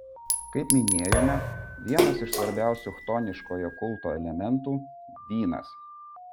kaip minėjome vienas iš svarbiausių chtoniškojo kulto elementų vynas